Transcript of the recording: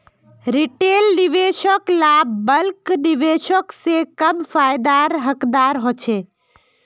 retail निवेशक ला bulk निवेशक से कम फायेदार हकदार होछे